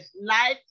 life